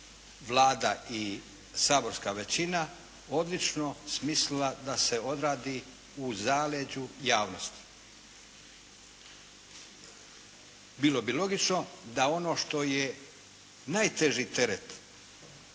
Vlada i saborska većina odlično smislila da se odradi u zaleđu javnosti. Bilo bi logično da ono što je najteži teret